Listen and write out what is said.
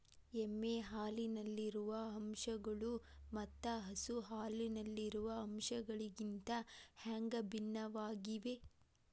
ಎಮ್ಮೆ ಹಾಲಿನಲ್ಲಿರುವ ಅಂಶಗಳು ಮತ್ತ ಹಸು ಹಾಲಿನಲ್ಲಿರುವ ಅಂಶಗಳಿಗಿಂತ ಹ್ಯಾಂಗ ಭಿನ್ನವಾಗಿವೆ?